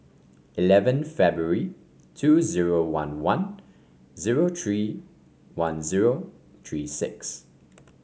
eleven February two zero one one zero three one zero three six